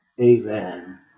amen